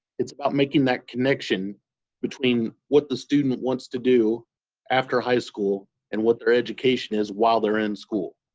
it's about making that connection between what the student wants to do after high school and what their education is while they are in school.